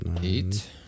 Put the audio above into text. Eight